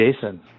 Jason